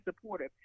supportive